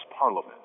parliament